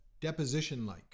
deposition-like